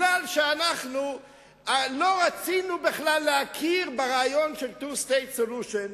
מכיוון שאנחנו לא רצינו בכלל להכיר ברעיון של two state solution,